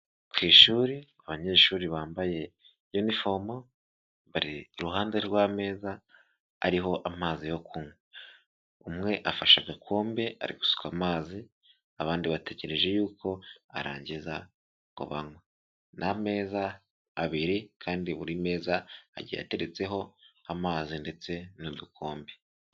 Ku ishuri abanyeshuri bambaye yunifomo bari iruhande rw'ameza ariho amazi yo kunywa, umwe afashe agakombe ari gusuka amazi, abandi bategere yuko arangiza ngo banywe ni ameza abiri kandi buri meza agiye ateretseho amazi ndetse n'udukombe.